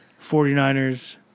49ers